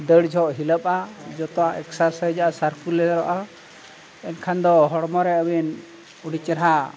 ᱫᱟᱹᱲ ᱡᱚᱠᱷᱚᱱ ᱦᱤᱞᱟᱹᱜᱼᱟ ᱡᱚᱛᱚᱣᱟᱜ ᱮᱠᱥᱟᱨᱥᱟᱭᱤᱡ ᱟᱨ ᱥᱟᱨᱠᱩᱞᱟᱨᱚᱜᱼᱟ ᱮᱱᱠᱷᱟᱱ ᱫᱚ ᱦᱚᱲᱢᱚ ᱨᱮ ᱟᱹᱵᱤᱱ ᱟᱹᱰᱤ ᱪᱮᱦᱨᱟ